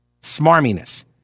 smarminess